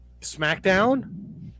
SmackDown